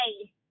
hey